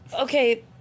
Okay